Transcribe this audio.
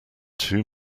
two